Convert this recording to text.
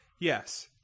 Yes